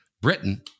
britain